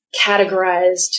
categorized